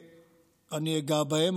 ואני אגע בהם.